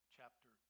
Chapter